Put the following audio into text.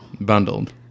Bundled